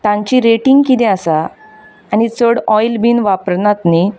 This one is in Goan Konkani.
तांची रेटिंग कितें आसा आनी चड ऑयल बी वापरनात न्हय